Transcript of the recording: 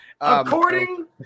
According